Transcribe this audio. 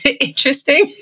interesting